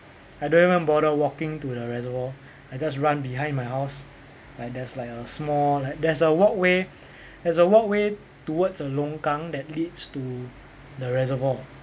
I don't even bother walking to the reservoir I just run behind my house like there's like a small like there's a walkway there's a walkway towards the longkang that leads to the reservoir